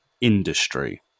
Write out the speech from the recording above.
industry